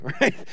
right